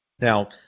Now